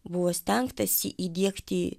buvo stengtasi įdiegti